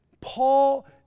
Paul